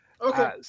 Okay